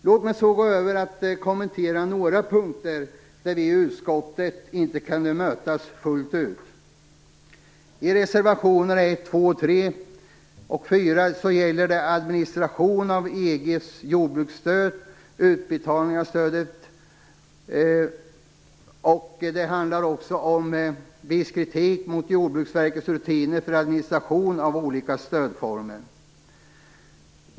Låt mig så gå över till att kommentera några punkter där vi i utskottet inte kunnat mötas fullt ut. Reservationerna 1, 2, 3 och 4 gäller administrationen av EG:s jordbruksstöd och utbetalningar av stödet. De handlar också om viss kritik mot Jordbruksverkets rutiner för administration av olika stödformer.